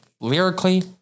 Lyrically